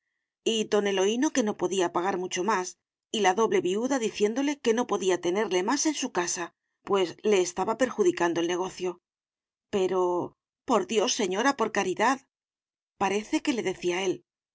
don eloíno que no podía pagar mucho más y la doble viuda diciéndole que no podía tenerle más en su casa pues le estaba perjudicando el negocio pero por dios señora por caridad parece que le decía él